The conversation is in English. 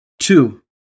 Two